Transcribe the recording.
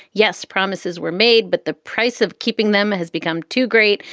yes, promises were made, but the price of keeping them has become too great.